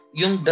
yung